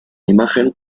imagen